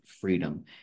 freedom